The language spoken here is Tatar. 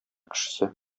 кешесе